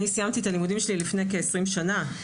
אני סיימתי את הלימודים שלי לפני כעשרים שנה.